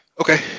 Okay